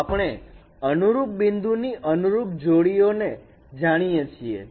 તો આપણે અનુરૂપ બિંદુ ની અનુરૂપ જોડીઓને જાણીએ છીએ